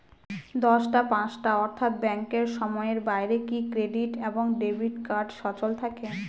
দশটা পাঁচটা অর্থ্যাত ব্যাংকের সময়ের বাইরে কি ক্রেডিট এবং ডেবিট কার্ড সচল থাকে?